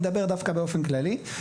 אני אדבר דווקא באופן כללי.